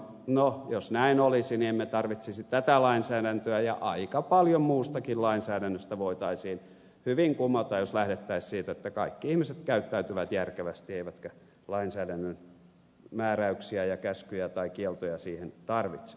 no jos näin olisi niin emme tarvitsisi tätä lainsäädäntöä ja aika paljon muustakin lainsäädännöstä voitaisiin hyvin kumota jos lähdettäisiin siitä että kaikki ihmiset käyttäytyvät järkevästi eivätkä lainsäädännön määräyksiä ja käskyjä tai kieltoja siihen tarvitse